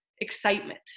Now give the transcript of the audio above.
excitement